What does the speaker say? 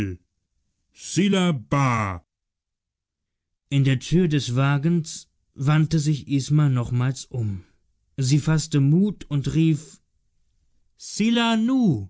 in der tür des wagens wandte sich isma nochmals zurück sie faßte mut und rief